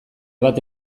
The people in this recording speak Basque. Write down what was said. bat